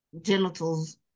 genitals